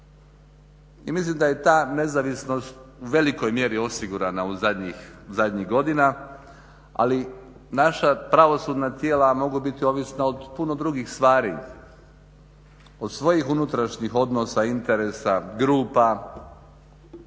i mislim da je ta nezavisnost u velikoj mjeri osigurana u zadnjih godina ali naša pravosudna tijela mogu biti ovisna od puno drugih stvari, od svojih unutrašnjih odnosa, interesa, grupa.